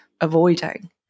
avoiding